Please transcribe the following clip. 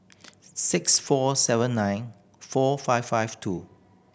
six four seven nine four five five two